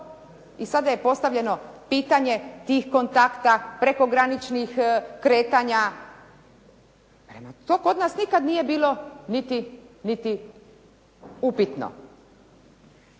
i sada je postavljeno pitanje tih kontakata preko graničnih kretanja. To kod nas nikada nije bilo niti upitno.